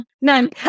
none